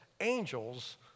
angels